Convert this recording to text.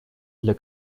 для